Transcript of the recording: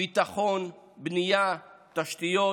ביטחון, בנייה, תשתיות,